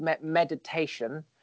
meditation